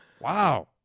Wow